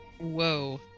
Whoa